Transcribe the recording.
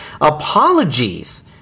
apologies